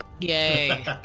Yay